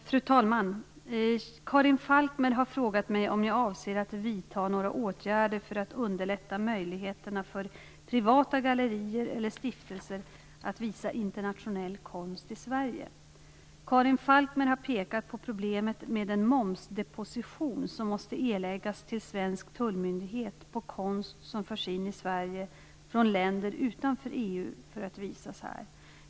Fru talman! Karin Falkmer har frågat mig om jag avser att vidta några åtgärder för att underlätta möjligheterna för privata gallerier eller stiftelser att visa internationell konst i Sverige. Karin Falkmer har pekat på problemet med den momsdeposition som måste göras till svensk tullmyndighet på konst som förs in i Sverige från länder utanför EU för att visas här.